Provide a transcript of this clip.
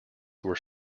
were